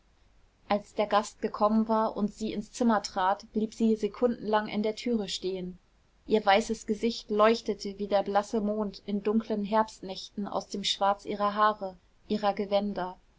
als der gast gekommen war und sie ins zimmer trat blieb sie sekundenlang in der türe stehen ihr weißes gesicht leuchtete wie der blasse mond in dunklen herbstnächten aus dem schwarz ihrer haare ihrer gewänder